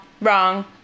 wrong